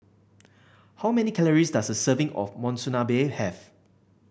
how many calories does a serving of Monsunabe have